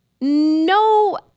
no